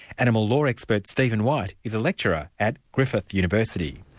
animal law expert steven white is a lecturer at griffith university.